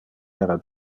era